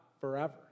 forever